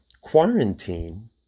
Quarantine